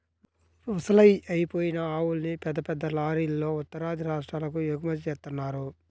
ముసలయ్యి అయిపోయిన ఆవుల్ని పెద్ద పెద్ద లారీలల్లో ఉత్తరాది రాష్ట్రాలకు ఎగుమతి జేత్తన్నారు